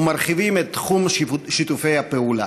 ומרחיבים את תחום שיתופי הפעולה.